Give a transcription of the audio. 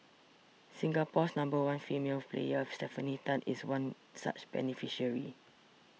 Singapore's number one female player Stefanie Tan is one such beneficiary